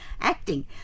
acting